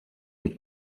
гэж